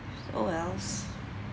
or else